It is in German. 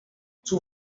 zur